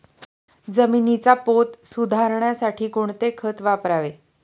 जमिनीचा पोत सुधारण्यासाठी कोणते खत वापरावे?